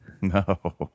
No